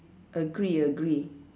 agree agree